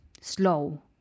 slow